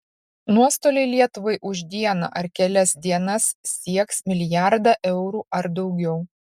nuostoliai lietuvai už dieną ar kelias dienas sieks milijardą eurų ar daugiau